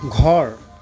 ঘৰ